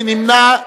מי נמנע?